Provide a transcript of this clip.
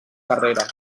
carrera